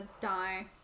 die